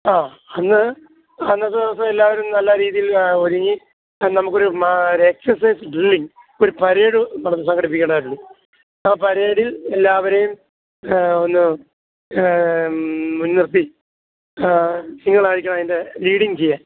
ആ അന്ന് അന്നത്തെ ദിവസം എല്ലാവരും നല്ല രീതിയിൽ ഒരുങ്ങി നമുക്കൊരു രെക്സെസൈസ് ഡ്രില്ലിങ്ങ് ഒരു പരേഡ് സംഘടിപ്പിക്കണ്ടതായിട്ടുണ്ട് ആ പരേഡിൽ എല്ലാവരേയും നോ മുൻനിർത്തി നിങ്ങളായിരിക്കും അതിൻ്റെ ലീഡിങ്ങ് ചെയ്യാൻ